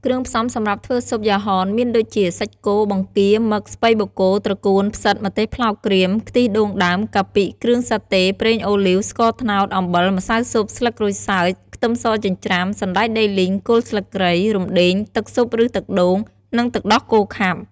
គ្រឿងផ្សំសម្រាប់ធ្វើស៊ុបយ៉ាហនមានដូចជា សាច់គោ បង្គា មឹក ស្ពៃបូកគោ ត្រកួន ផ្សិត ម្ទេសប្លោកក្រៀម ខ្ទិះដូងដើម កាពិ គ្រឿងសាតេ ប្រេងអូលីវ ស្ករត្នោត អំបិល ម្សៅស៊ុប ស្លឹកក្រូចសើច ខ្ទឹមសចិញ្ច្រាំ សណ្តែកដីលីង គល់ស្លឹកគ្រៃ រំដេង ទឹកស៊ុបឬទឹកដូង និងទឹកដោះគោខាប់។